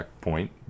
point